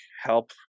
help